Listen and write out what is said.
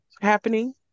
happening